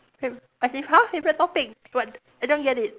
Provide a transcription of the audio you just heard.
fav~ as in !huh! different topic what I don't get it